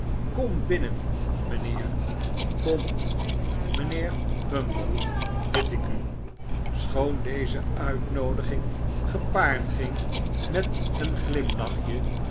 kom binnen mijnheer kom mijnheer bumble bid ik u schoon deze uitnoodiging gepaard ging met een glimlachje